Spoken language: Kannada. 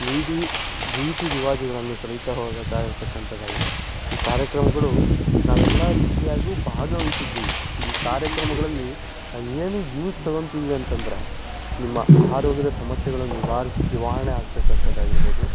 ನೀಡಿ ರೀತಿ ರಿವಾಜುಗಳನ್ನು ಕಲಿತಾ ಹೋಗಬೇಕಾಗಿರ್ತಕ್ಕಂಥದ್ದಾಗಿದೆ ಈ ಕಾರ್ಯಕ್ರಮಗಳು ನಾವು ಎಲ್ಲ ರೀತಿಯಾಗ್ಯೂ ಭಾಗವಹ್ಸಿದ್ದೀವಿ ಈ ಕಾರ್ಯಕ್ರಮಗಳಲ್ಲಿ ನಾವು ಏನು ಯೂಸ್ ತೊಗೊಳ್ತಿದ್ದೀವಿ ಅಂತಂದರೆ ನಿಮ್ಮ ಆರೋಗ್ಯದ ಸಮಸ್ಯೆಗಳನ್ನು ನಿವಾರಿಸಿ ನಿವಾರಣೆ ಆಗತಕ್ಕಂಥದ್ದಾಗಿರ್ಬೋದು